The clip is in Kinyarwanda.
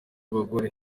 bagore